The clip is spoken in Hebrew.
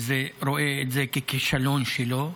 רואה את זה ככישלון שלו.